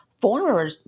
former